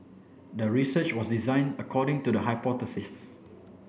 the research was designed according to the hypothesis